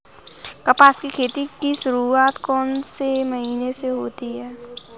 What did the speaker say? कपास की खेती की शुरुआत कौन से महीने से होती है?